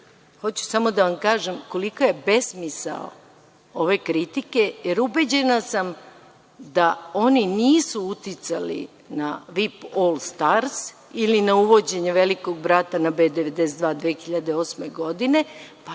samo da vam kažem kolika je besmisao ove kritike, jer ubeđena sam da oni nisu uticali na VIP All stars ili na uvođenje „Velikog brata“ na B92 2008. godine,